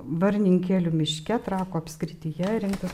varninkėlių miške trakų apskrityje rinktas